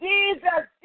Jesus